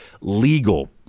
legal